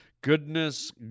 goodness